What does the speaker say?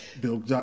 Bill